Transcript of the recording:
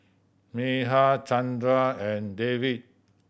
Medha Chandra and Devi